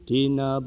Tina